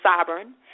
sovereign